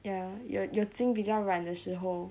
ya your your 筋比较软的时候